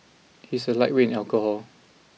he is a lightweight in alcohol